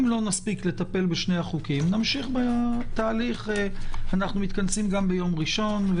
אם לא נספיק לטפל בשני החוקים - אנחנו מתכנסים גם בימים ראשון,